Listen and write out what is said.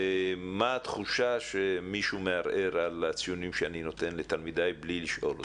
ומה התחושה שמישהו מערער על הציונים שאני נותן לתלמידיי בלי לשאול אותי.